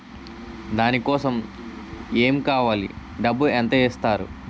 దాని కోసం ఎమ్ కావాలి డబ్బు ఎంత ఇస్తారు?